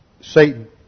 Satan